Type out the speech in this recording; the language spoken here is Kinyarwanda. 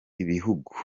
ibihugu